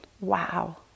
wow